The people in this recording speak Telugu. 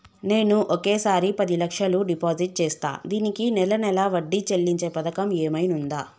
నేను ఒకేసారి పది లక్షలు డిపాజిట్ చేస్తా దీనికి నెల నెల వడ్డీ చెల్లించే పథకం ఏమైనుందా?